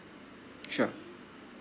sure